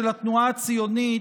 של התנועה הציונית,